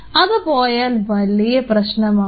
അത് പോയാൽ വലിയ പ്രശ്നമാകും